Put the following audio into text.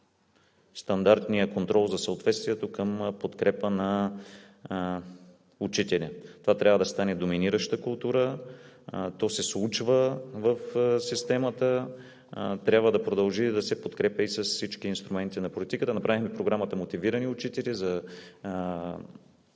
стандартния контрол за съответствието към подкрепа на учителя. Това трябва да стане доминираща култура – то се случва в системата, трябва да продължи да се подкрепя с всички инструменти на политиката. Направихме Програмата „Мотивирани учители“ за